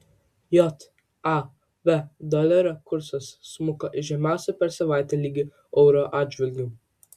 jav dolerio kursas smuko į žemiausią per savaitę lygį euro atžvilgiu